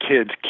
kids